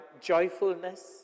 joyfulness